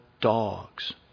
dogs